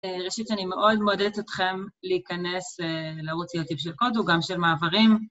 ראשית שאני מאוד מעודדת אתכם להיכנס לערוץ יוטיוב של קודו, גם של מעברים.